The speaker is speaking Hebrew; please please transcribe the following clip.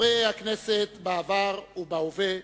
חברי הכנסת בעבר ובהווה,